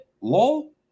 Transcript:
Lol